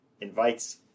invites